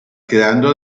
quedando